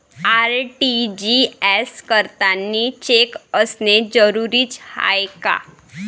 RTGS करतांनी cheque असनं जरुरीच हाय का?